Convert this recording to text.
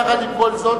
יחד עם כל זאת,